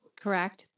correct